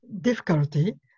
difficulty